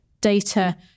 data